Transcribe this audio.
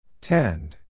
Tend